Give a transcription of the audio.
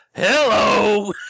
hello